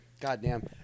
Goddamn